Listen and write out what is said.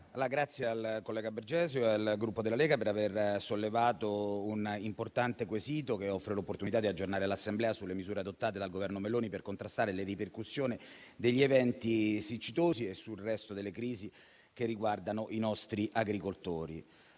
Ringrazio il collega Bergesio e il Gruppo Lega per aver sollevato un importante quesito che offre l'opportunità di aggiornare l'Assemblea sulle misure adottate dal Governo Meloni per contrastare le ripercussioni degli eventi siccitosi e sul resto delle crisi che riguardano i nostri agricoltori.